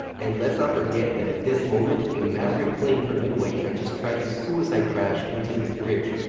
and let's not forget that, at this moment, a maverick plane from midway had just tried to suicide crash into his bridge.